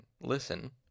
Listen